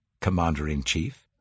commander-in-chief